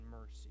mercy